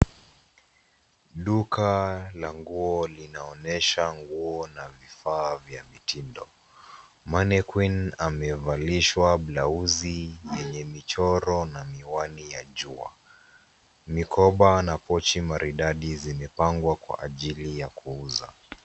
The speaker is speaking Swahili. Duka la nguo linaonyesha nguo na vifaa vya mitindo. Mannequinn[sc] amevalishwa blauzi lenye michoro na miwani ya jua. Mikoba na pocho maridadi zimepangwa kwa ajili ya kuuza.